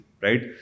right